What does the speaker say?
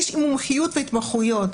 יש מומחיות והתמחויות,